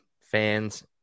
fans